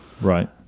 Right